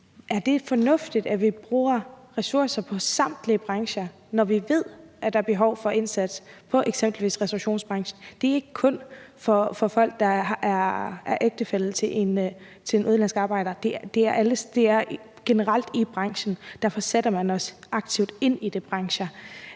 Er det fornuftigt, at vi bruger ressourcer på samtlige brancher, når vi ved, at der er behov for indsats i eksempelvis restaurationsbranchen? Det er ikke kun for folk, der er ægtefælle til en udenlandsk arbejdstager; det er generelt i branchen, og derfor sætter man også aktivt ind i de brancher.